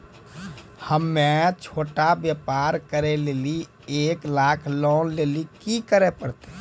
हम्मय छोटा व्यापार करे लेली एक लाख लोन लेली की करे परतै?